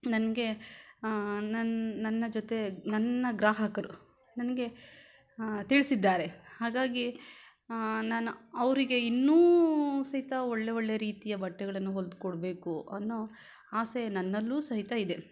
ನನಗೆ ನನ್ ನನ್ನ ಜೊತೆ ನನ್ನ ಗ್ರಾಹಕರು ನನಗೆ ತಿಳಿಸಿದ್ದಾರೆ ಹಾಗಾಗಿ ನಾನು ಅವರಿಗೆ ಇನ್ನೂ ಸಹಿತ ಒಳ್ಳೆಯ ಒಳ್ಳೆಯ ರೀತಿಯ ಬಟ್ಟೆಗಳನ್ನು ಹೊಲಿದು ಕೊಡಬೇಕು ಅನ್ನೋ ಆಸೆ ನನ್ನಲ್ಲೂ ಸಹಿತ ಇದೆ